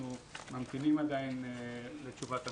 אנחנו ממתינים עדיין לתשובת המשרד.